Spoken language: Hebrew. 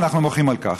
ואנחנו מוחים על כך.